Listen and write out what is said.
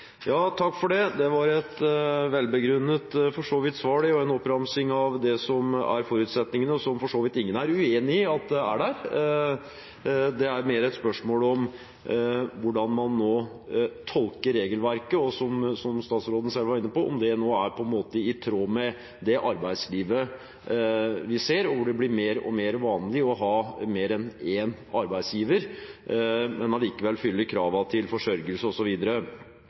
Det var for så vidt et velbegrunnet svar og en oppramsing av det som er forutsetningene, som for så vidt ingen er uenig i at er der. Det er mer et spørsmål om hvordan man tolker regelverket, og, som statsråden selv var inne på, om det nå – på en måte – er i tråd med det arbeidslivet vi ser, hvor det blir mer og mer vanlig å ha mer enn én arbeidsgiver, men allikevel fylle kravene til forsørgelse